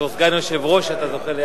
בתור סגן יושב-ראש אתה זוכה ליחס,